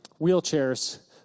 wheelchairs